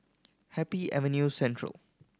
Happy Avenue Central